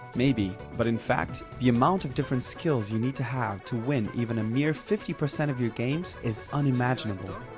maybe, but in fact, the amount of different skills you need to have to win even a mere fifty percent of your games is unimaginable.